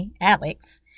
Alex